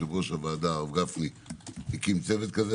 יושב-ראש הוועדה הרב גפני הקים צוות כזה.